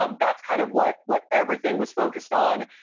um that's kind of what what everything was focused on.